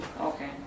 okay